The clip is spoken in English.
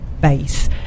base